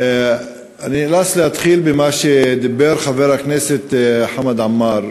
אני נאלץ להתחיל במה שדיבר חבר הכנסת חמד עמאר